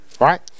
Right